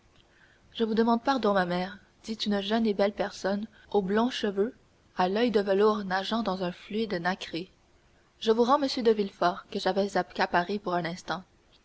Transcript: je vous demande pardon ma mère dit une jeune et belle personne aux blonds cheveux à l'oeil de velours nageant dans un fluide nacré je vous rends m de villefort que j'avais accaparé pour un instant